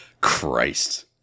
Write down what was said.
Christ